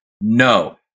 No